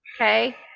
Okay